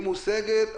היא מושגת,